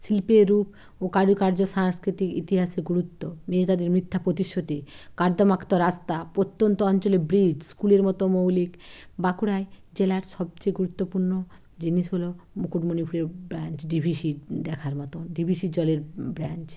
শিল্পের রূপ ও কারুকার্য সাংস্কৃতিক ইতিহাসের গুরুত্ব নিয়ে তাদের মিথ্যা প্রতিশ্রুতি কর্দমাক্ত রাস্তা প্রত্যন্ত অঞ্চলে ব্রিজ স্কুলের মতো মৌলিক বাঁকুড়ায় জেলার সবচেয়ে গুরুত্বপূর্ণ জিনিস হলো মুকুটমণিপুরের ব্রাঞ্চ ডিভিসি দেখার মতো ডিভিসির জলের ব্রাঞ্চ